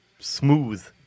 smooth